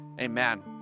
Amen